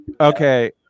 Okay